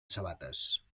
sabates